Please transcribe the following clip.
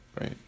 right